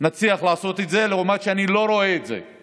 נצליח לעשות את זה, למרות שאני לא רואה את זה,